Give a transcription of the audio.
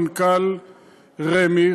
מנכ"ל רמ"י,